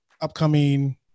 upcoming